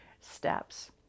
steps